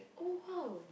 oh !wow!